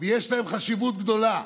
ויש להם חשיבות גדולה.